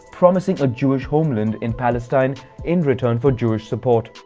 promising a jewish homeland in palestine in return for jewish support.